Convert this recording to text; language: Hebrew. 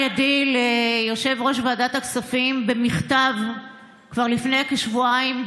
ידי ליושב-ראש ועדת הכספים במכתב כבר לפני כשבועיים.